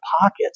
pockets